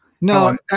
No